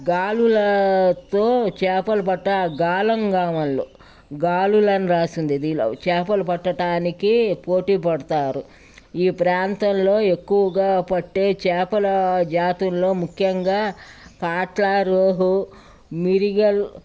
గాలులతో చేపలు పట్ట గాలం గామలు గాలులని రాసింది దీనిలో చేపలు పట్టటానికి పోటీ పడతారు ఈ ప్రాంతంలో ఎక్కువగా పట్టే చేపల జాతుల్లో ముఖ్యంగా పాట్ల రోహు మిరిగలు